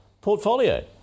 portfolio